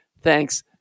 Thanks